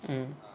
mm